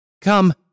Come